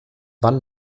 wann